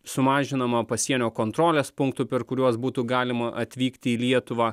sumažinama pasienio kontrolės punktų per kuriuos būtų galima atvykti į lietuvą